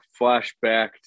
flashback